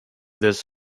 this